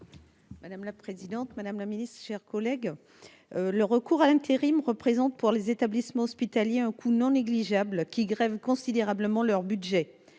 Madame la présidente, madame la Ministre, chers collègues, le recours à l'intérim représente pour les établissements hospitaliers, un coût non négligeable qui grève considérablement leur budget,